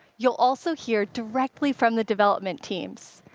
you'll also hear directly from the development teams.